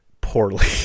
poorly